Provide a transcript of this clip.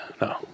No